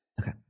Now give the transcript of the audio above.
okay